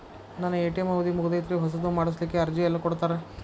ನನ್ನ ಎ.ಟಿ.ಎಂ ಅವಧಿ ಮುಗದೈತ್ರಿ ಹೊಸದು ಮಾಡಸಲಿಕ್ಕೆ ಅರ್ಜಿ ಎಲ್ಲ ಕೊಡತಾರ?